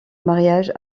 mariage